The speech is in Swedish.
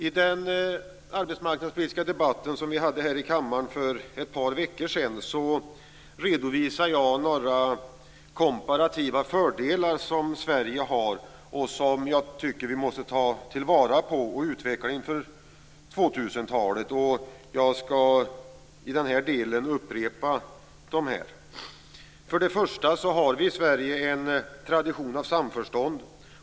I den arbetsmarknadspolitiska debatt som vi hade här i kammaren för ett par veckor sedan, redovisade jag några komparativa fördelar som Sverige har och som jag tycker att vi måste ta till vara och utveckla inför 2000-talet. Jag skall i den här delen upprepa dessa. För det första har vi i Sverige en tradition av samförstånd.